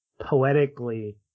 poetically